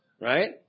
right